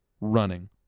running